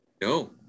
No